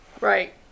Right